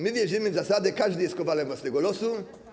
My wierzymy w zasadę: każdy jest kowalem własnego losu.